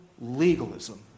legalism